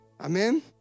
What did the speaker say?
Amen